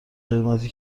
خدمتی